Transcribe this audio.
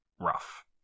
rough